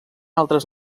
altres